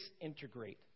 disintegrate